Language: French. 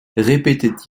répétait